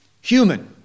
human